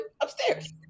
upstairs